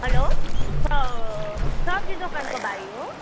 hello स सब्जी दोकानको भाइ हो